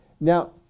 Now